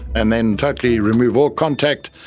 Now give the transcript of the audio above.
and then totally remove all contact,